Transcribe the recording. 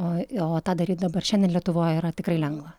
o o tą daryt dabar šiandien lietuvoj yra tikrai lengva